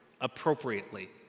appropriately